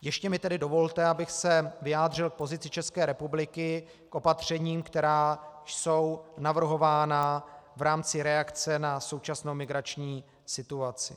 Ještě mi tedy dovolte, abych se vyjádřil k pozici České republiky, k opatřením, která jsou navrhována v rámci reakce na současnou migrační situaci.